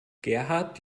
gerhard